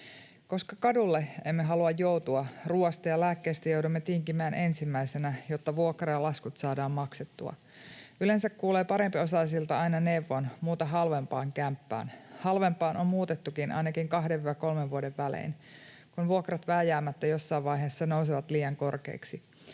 ”Koska kadulle emme halua joutua, ruoasta ja lääkkeistä joudumme tinkimään ensimmäisenä, jotta vuokra ja laskut saadaan maksettua. Yleensä kuulee parempiosaisilta aina neuvon: muuta halvempaan kämppään. Halvempaan on muutettukin ainakin 2—3 vuoden välein, kun vuokrat vääjäämättä jossain vaiheessa nousevat liian korkeiksi.